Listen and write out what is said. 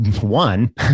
one